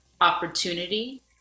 opportunity